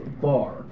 bar